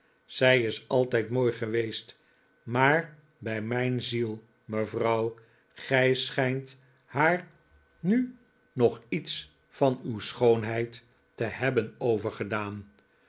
zij is altijd mooi geweest maar bij mijn ziel me vrouw gij schijnt haar nu nog iets van uw schoonheid te hebben